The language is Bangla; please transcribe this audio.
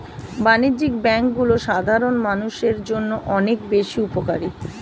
বাণিজ্যিক ব্যাংকগুলো সাধারণ মানুষের জন্য অনেক বেশি উপকারী